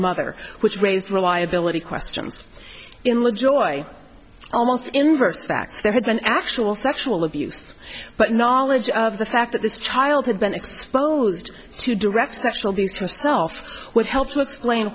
mother which raised reliability questions in law joy almost inverse fact there had been actual sexual abuse but knowledge of the fact that this child had been exposed to direct sexual abuse herself would help to explain